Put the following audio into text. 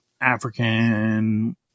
African